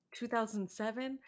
2007